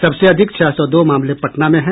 सबसे अधिक छह सौ दो मामले पटना में हैं